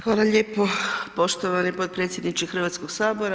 Hvala lijepo poštovani potpredsjedniče Hrvatskog sabora.